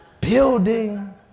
Building